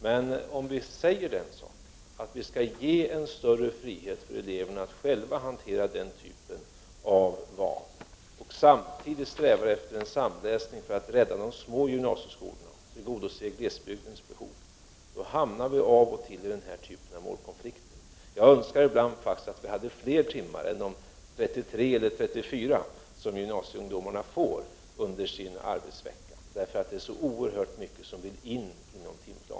Men om vi säger en sådan sak, att vi skall ge eleverna en större frihet att själva hantera den typen av val och samtidigt strävar efter en samläsning för att rädda de små gymnasieskolorna och tillgodose glesbygdens behov, då hamnar vi av och till i den här typen av målkonflikter. Jag önskar faktiskt ibland att vi hade fler timmar än de 33 eller 34 som gymnasieungdomarna får under sin arbetsvecka. För det är så oerhört mycket som vill in i timplanen.